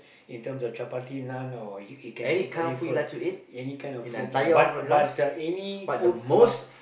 in terms of chapati naan or you you can eat Malay food any kind of food lah but but any food uh but